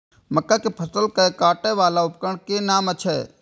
मक्का के फसल कै काटय वाला उपकरण के कि नाम छै?